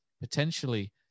potentially